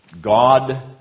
God